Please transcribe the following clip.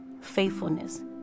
faithfulness